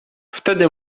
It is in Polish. wtedy